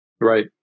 Right